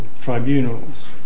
tribunals